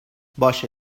باشه